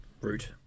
route